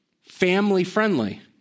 family-friendly